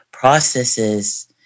processes